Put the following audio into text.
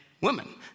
women